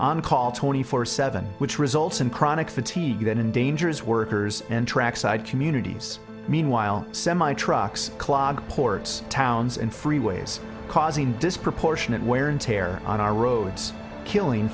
on call twenty four seven which results in chronic fatigue that endangers workers and trackside communities meanwhile semi trucks clog ports towns and freeways causing disproportionate wear and tear on our roads killing